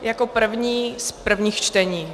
Jako první z prvních čtení.